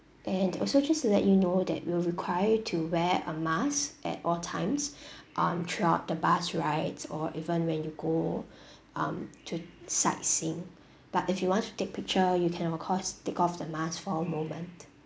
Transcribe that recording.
and also just to let you know that we'll require you to wear a mask at all times on throughout the bus rides or even when you go um to sightseeing but if you want to take picture you can of course take off the mask for a moment